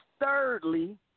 Thirdly